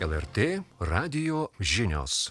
er er tė radijo žinios